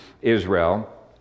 Israel